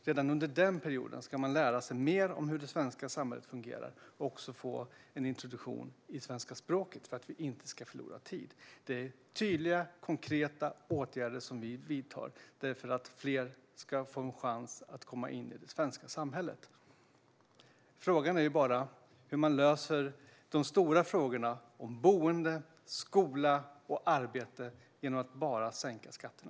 Redan under den perioden ska man lära sig mer om hur det svenska samhället fungerar och få en introduktion i svenska språket för att vi inte ska förlora tid. Det är tydliga, konkreta åtgärder som vi vidtar för att fler ska få en chans att komma in i det svenska samhället. Frågan är bara hur man löser de stora frågorna om boende, skola och arbete genom att bara sänka skatterna.